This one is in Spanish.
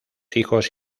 hijos